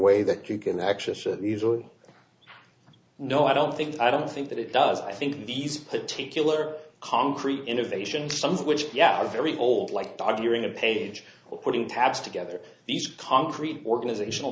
way that you can access that easily no i don't think i don't think that it does i think these particular concrete innovations suns which yeah are very old like arguing a page or putting tabs together these concrete organizational